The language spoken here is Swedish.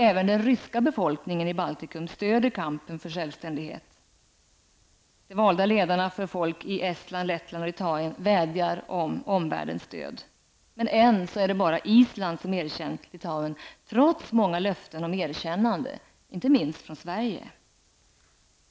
Även den ryska befolkningen i Baltikum stöder kampen för självständighet. Litauen vädjar om omvärldens stöd, men ännu är det bara Island som erkänt Litauen. Så är fallet trots många löften från andra länder om erkännande, inte minst från Sverige.